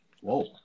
Whoa